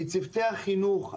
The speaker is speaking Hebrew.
כי צוותי החינוך,